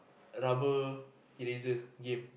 rubber eraser game